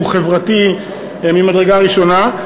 שהוא חברתי ממדרגה ראשונה.